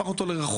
הפכנו אותו לרחוב,